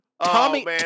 Tommy